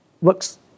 works